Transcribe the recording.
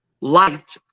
light